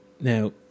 Now